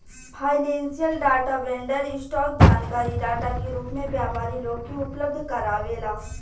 financial data vendor, stock जानकारी data के रूप में व्यापारी लोग के उपलब्ध कारावेला